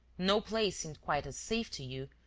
no place seemed quite as safe to you,